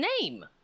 name